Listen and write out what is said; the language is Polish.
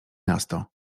miasto